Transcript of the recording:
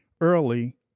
early